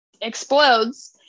explodes